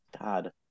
God